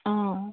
অ